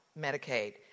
Medicaid